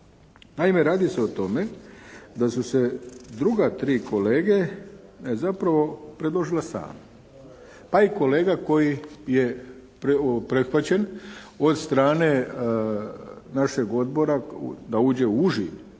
Naime, radi se o tome da su se druga tri kolege zapravo predložila sami. Taj kolega koji je prihvaćen od strane našeg Odbora da uđe u uži